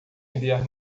enviar